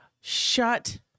shut